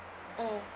mm